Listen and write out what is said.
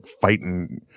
fighting